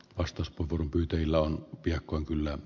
ostospuvun pyyteillä on piakkoin kyllä